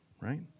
right